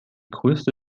größte